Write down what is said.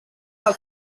del